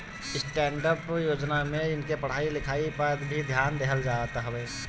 stand up योजना में इनके पढ़ाई लिखाई पअ भी ध्यान देहल जात हवे